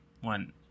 one